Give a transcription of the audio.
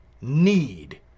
need